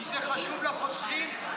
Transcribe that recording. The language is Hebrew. כי זה חשוב לחוסכים,